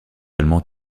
allemand